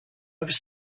was